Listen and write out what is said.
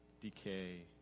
decay